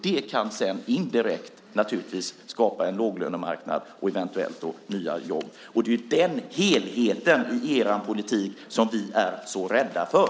Det kan naturligtvis sedan indirekt skapa en låglönemarknad och eventuellt nya jobb. Det är den helheten i er politik som vi är så rädda för.